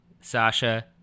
Sasha